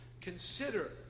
Consider